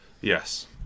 Yes